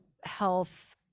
health